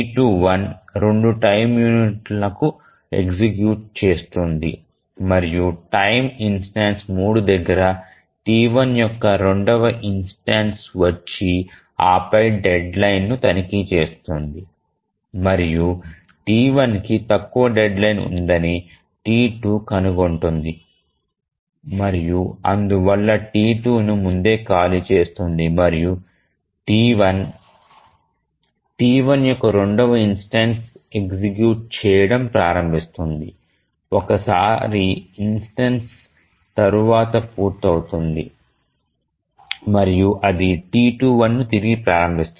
T21 2 time యూనిట్లకు execute చేస్తుంది మరియు టైమ్ ఇన్స్టెన్సు 3 దగ్గర T1 యొక్క రెండవ ఇన్స్టెన్స వచ్చి ఆ పై డెడ్లైన్ ను తనిఖీ చేస్తుంది మరియు T1కి తక్కువ డెడ్లైన్ ఉందని T2 కనుగొంటుంది మరియు అందువల్ల T2ను ముందే ఖాళీ చేస్తుంది మరియు T1 T1 యొక్క రెండవ ఇన్స్టెన్సను ఎగ్జిక్యూట్ చేయడం ప్రారంభిస్తుంది ఒక సారి ఇన్స్టెన్స తర్వాత పూర్తవుతుంది మరియు అది T21 ను తిరిగి ప్రారంభిస్తుంది